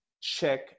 check